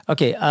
Okay